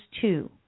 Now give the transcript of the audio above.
two